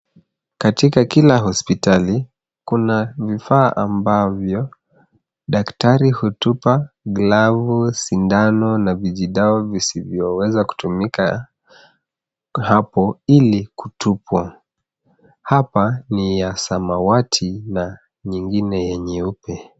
Katika kila hospitali, kuna vifaa ambavyo daktari hutupa, glavu, sindano, na vijidawa visivyoweza kutumika hapo, ili kutupwa. Hapa ni ya samawati na nyingine ya nyeupe.